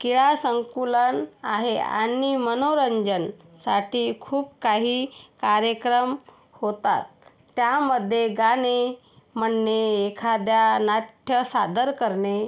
कीआ संकुलन आहे आणि मनोरंजनसाठी खूप काही कार्यक्रम होतात त्यामध्ये गाणे म्हणणे एखाद्या नाट्य सादर करणे